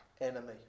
enemy